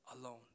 alone